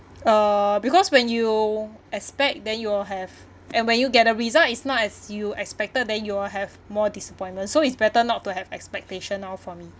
uh because when you expect then you will have and when you get a result it's not as you expected then you will have more disappointment so it's better not to have expectation now for me